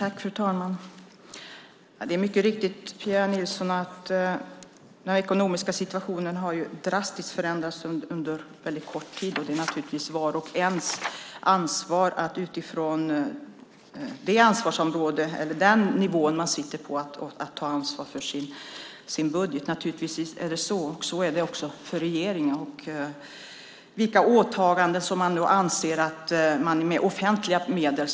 Fru talman! Det är mycket riktigt, Pia Nilsson, att den ekonomiska situationen har förändrats drastiskt under kort tid. Naturligtvis ska var och en utifrån den nivå man sitter på ta ansvar för sin budget. Så är det också för regeringen i fråga om vilka åtaganden som man ska ta sig an med offentliga medel.